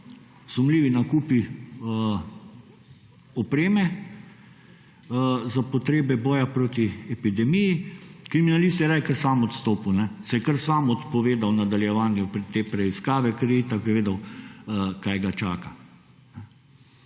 sumljivi nakupi opreme za potrebe boja proti epidemiji, kriminalist, ste rekli, je sam odstopil, se je kar sam odpovedal nadaljevanju te preiskave, ker je itak vedel, kaj ga čaka.